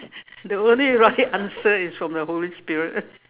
the only right answer is from the holy spirit